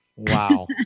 Wow